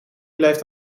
blijft